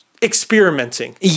experimenting